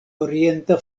orienta